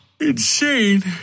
Insane